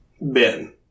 Ben